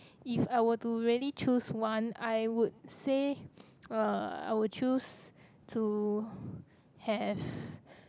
if I were to really choose one I would say uh I would choose to have